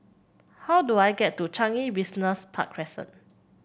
how do I get to Changi Business Park Crescent